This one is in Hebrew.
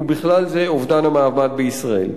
ובכלל זה אובדן המעמד בישראל.